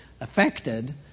affected